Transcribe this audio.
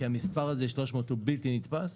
כי המספר הזה 300 הוא בלתי נתפס,